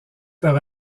par